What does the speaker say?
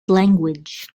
language